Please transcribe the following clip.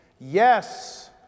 Yes